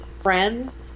friends